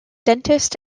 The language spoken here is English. dentist